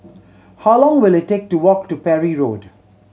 how long will it take to walk to Parry Road